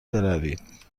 بروید